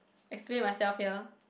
explain myself here